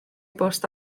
bost